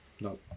No